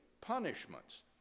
punishments